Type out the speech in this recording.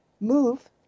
move